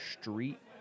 street